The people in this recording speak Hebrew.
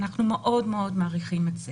אנחנו מאוד מאוד מעריכים את זה.